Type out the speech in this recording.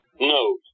No